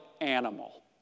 animal